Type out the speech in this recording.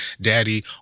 daddy